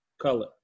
color